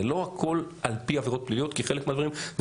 זה לא הכול על פי עבירות פליליות כי חלק מהדברים זה